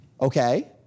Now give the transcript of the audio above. Okay